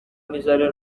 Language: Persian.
میذاره